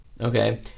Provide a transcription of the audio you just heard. okay